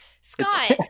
Scott